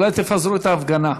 אולי תפזרו את ההפגנה?